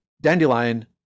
dandelion